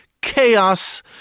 chaos